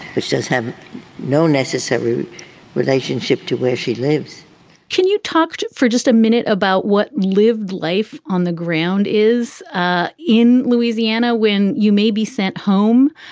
but she has had no necessary relationship to where she lives can you talk for just a minute about what lived life on the ground is ah in louisiana when you may be sent home?